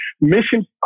mission